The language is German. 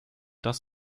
dass